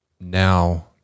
now